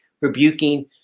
rebuking